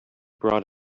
brought